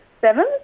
seven